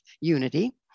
unity